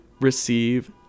receive